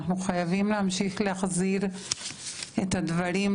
אנחנו חייבים להמשיך להחזיר את הדברים,